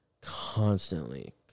constantly